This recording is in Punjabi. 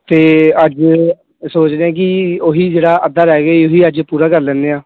ਅਤੇ ਅੱਜ ਸੋਚਦੇ ਹਾਂ ਕਿ ਉਹੀ ਜਿਹੜਾ ਅੱਧਾ ਰਹਿ ਗਿਆ ਸੀ ਉਹ ਵੀ ਅੱਜ ਪੂਰਾ ਕਰ ਲੈਦੇ ਹਾਂ